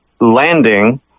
landing